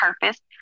purpose